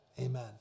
amen